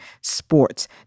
sports